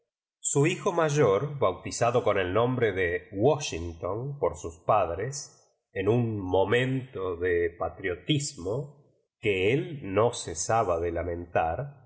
su hijo mayor bautizado coa el nombre de washington por sus padres en un mo mento de patriotismo que él no cesaba da lamentar